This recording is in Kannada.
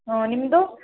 ಹ್ಞೂ ನಿಮ್ಮದು